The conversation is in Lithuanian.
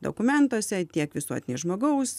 dokumentuose tiek visuotinėj žmogaus